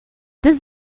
does